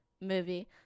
movie